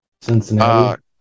Cincinnati